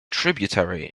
tributary